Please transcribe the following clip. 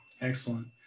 Excellent